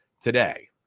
today